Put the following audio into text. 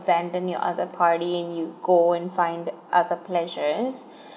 abandon your other party and you go and find other pleasures